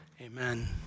amen